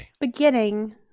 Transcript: beginning